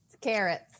carrots